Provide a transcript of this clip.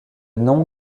nom